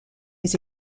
les